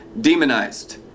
demonized